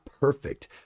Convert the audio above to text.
perfect